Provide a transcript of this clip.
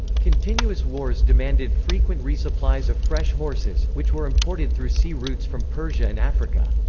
continuous wars demanded frequent resupplies of fresh horses, which were imported through sea routes from persia and africa.